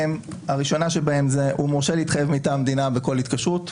והראשונה שבהן הוא מורשה להתחייב מטעם המדינה בכל התקשרות,